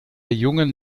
jungen